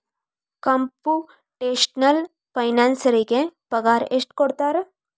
Computational ಫೈನಾನ್ಸರಿಗೆ ಪಗಾರ ಎಷ್ಟ್ ಕೊಡ್ತಾರ?